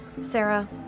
Sarah